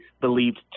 believed